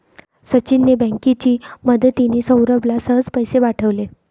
सचिनने बँकेची मदतिने, सौरभला सहज पैसे पाठवले